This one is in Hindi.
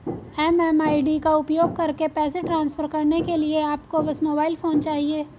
एम.एम.आई.डी का उपयोग करके पैसे ट्रांसफर करने के लिए आपको बस मोबाइल फोन चाहिए